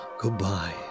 Goodbye